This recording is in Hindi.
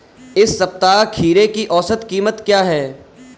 इस सप्ताह खीरे की औसत कीमत क्या है?